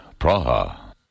Praha